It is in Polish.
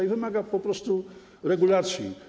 To wymaga po prostu regulacji.